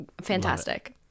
fantastic